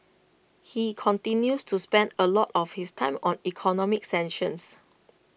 he continues to spend A lot of his time on economic sanctions